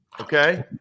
Okay